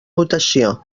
votació